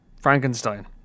Frankenstein